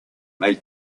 may